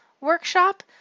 workshop